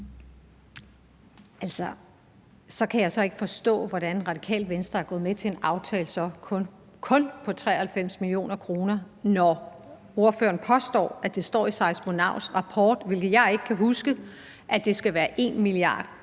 Så kan jeg ikke forstå, hvordan Radikale Venstre er gået med til en aftale om kun 93 mio. kr., når ordføreren påstår, at det står i Seismonauts rapport, hvilket jeg ikke kan huske, at det skal være 1 mia.